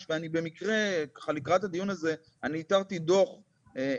אני לא יכול להביע אלא השתאות מהמסירות של הרופאים